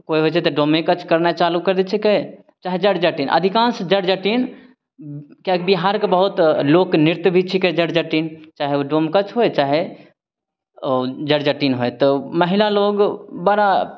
कोइ होइ छै तऽ डोमे कच करनाय चालू करि दै छीकै चाहे जट जटिन अधिकांश जट जटिन किएक कि बिहारके बहुत लोक नृत्य भी छीकै जट जटिन चाहे उ डोमकच होइ चाहे ओ जट जटिन होइ तऽ महिला लोग बड़ा